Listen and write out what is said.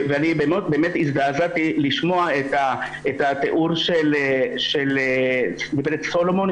אני הזדעזעתי לשמוע את התיאור של גברת סולומון,